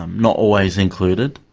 um not always included.